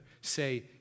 say